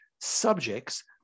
subjects